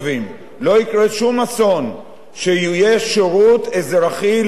לא יקרה שום אסון אם יהיה שירות אזרחי לאומי,